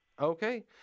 Okay